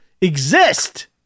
exist